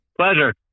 Pleasure